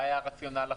זה היה רציונל החוק.